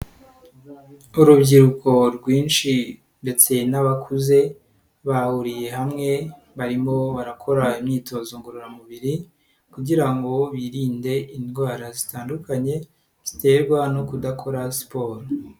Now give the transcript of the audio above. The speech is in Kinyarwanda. Urubyiruko rwinshi ndetse n'abakuze bahuriye hamwe barimo barakora imyitozo ngororamubiri kugira ngo birinde indwara zitandukanye ziterwa no kudakora siporo.